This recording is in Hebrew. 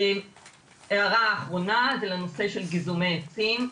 הערה אחרונה לנושא של גיזומי עצים.